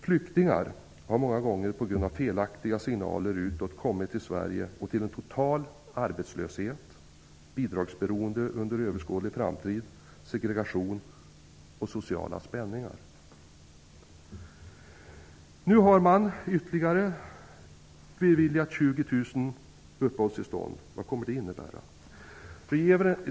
Flyktingar har många gånger på grund av felaktiga signaler utåt kommit till Sverige, till total arbetslöshet, bidragsberoende under överskådlig framtid, segregation och sociala spänningar. Nu har man beviljat ytterligare 20 000 uppehållstillstånd. Vad kommer det att innebära?